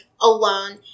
alone